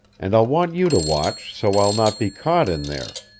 and i'll want you to watch, so i'll not be caught in there.